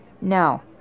No